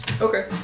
Okay